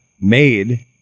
made